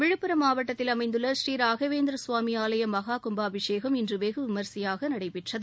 விழுப்புரம் மாவட்டத்தில் அமைந்துள்ள ஸ்ரீ ராகவேந்திர சுவாமி ஆலய மகா கும்பாபிஷேகம் இன்று வெகு விமரிசையாக நடைபெற்றது